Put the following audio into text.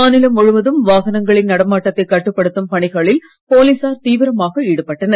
மாநிலம் முழுவதும் வாகனங்களின் நடமாட்டத்தை கட்டுப்படுத்தும் பணிகளில் போலீசார் தீவிரமாக ஈடுபட்டனர்